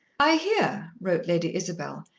i hear, wrote lady isabel,